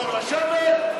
טוב, לשבת.